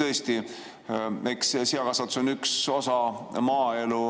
Tõesti, seakasvatus on üks osa maaelu